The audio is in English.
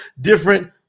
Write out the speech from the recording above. different